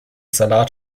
salat